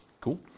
Cool